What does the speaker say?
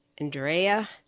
Andrea